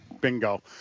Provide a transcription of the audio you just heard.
bingo